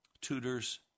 tutors